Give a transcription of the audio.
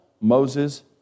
Moses